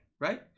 right